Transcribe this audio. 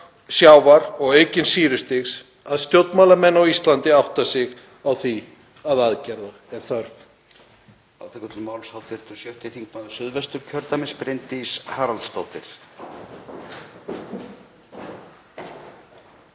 sjávar og aukins sýrustigs að stjórnmálamenn á Íslandi átta sig á því að aðgerða er þörf?